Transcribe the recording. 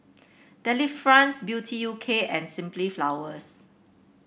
Delifrance Beauty U K and Simply Flowers